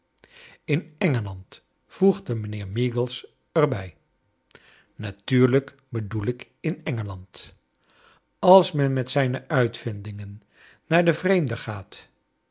in engeland voegde mijnheer meagles er bij natuurlijk bedoel ik in engelang als men met zijne uitvindingen naar den vreemde gaat